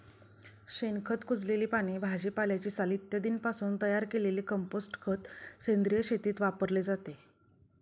शेणखत, कुजलेली पाने, भाजीपाल्याची साल इत्यादींपासून तयार केलेले कंपोस्ट खत सेंद्रिय शेतीत वापरले जाते